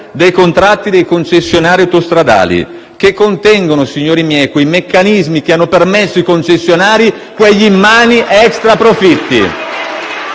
che contengono - signori miei - quei meccanismi che hanno permesso ai concessionari quegli immani extra profitti.